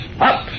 Up